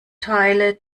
teile